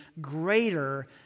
greater